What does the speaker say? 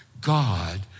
God